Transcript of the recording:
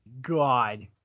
god